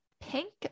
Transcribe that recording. Pink